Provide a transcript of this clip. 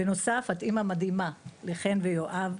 בנוסף את אמא מדהימה לחן ויואב.